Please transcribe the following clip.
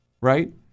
right